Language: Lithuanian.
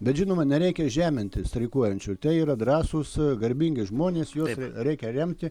bet žinoma nereikia žeminti streikuojančių tie yra drąsūs garbingi žmonės juos reikia remti